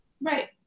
Right